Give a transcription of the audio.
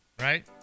right